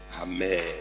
Amen